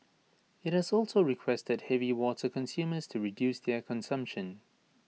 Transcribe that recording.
IT has also requested heavy water consumers to reduce their consumption